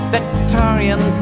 Victorian